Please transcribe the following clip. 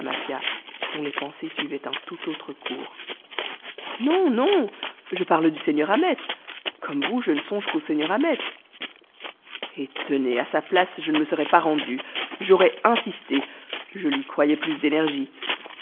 dont les pensées suivaient un tout autre cours non non je parle du seigneur ahmet comme vous je ne songe qu'au seigneur ahmet eh tenez à sa place je ne me serais pas rendue j'aurais insisté je lui croyais plus d'énergie